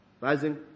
Rising